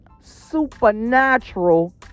supernatural